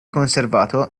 conservato